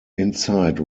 inside